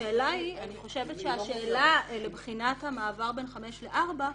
השאלה לבחינת המעבר בין 5 ל-4,